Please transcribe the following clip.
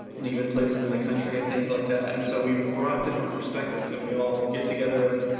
and even places in the country and things like that. and so we've brought different perspectives and we all get together,